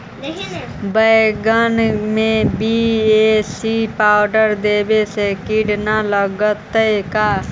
बैगन में BAC powder देबे से किड़ा न लगतै का?